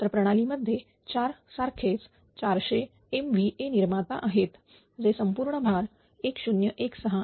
तर प्रणालीमध्ये 4 सारखेच 400MVA निर्माता आहेत जे संपूर्ण भार 1016 MW ला आहेत